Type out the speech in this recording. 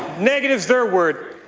negative is their word.